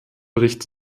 bericht